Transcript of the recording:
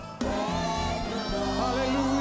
Hallelujah